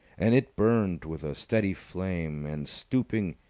and it burnt with a steady flame and, stooping,